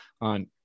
on